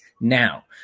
now